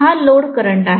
हा load current आहे